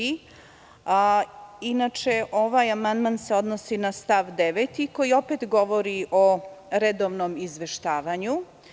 Inače, ovaj amandman se odnosi na stav 9. koji opet govori o redovnom izveštavanju.